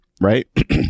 right